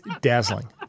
Dazzling